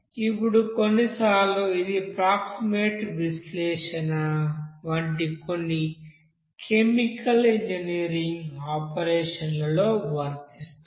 ఇప్పుడు కొన్నిసార్లు ఇది ప్రాక్సీమేట్ విశ్లేషణ వంటి కొన్ని కెమికల్ ఇంజనీరింగ్ ఆపరేషన్ లో వర్తిస్తుంది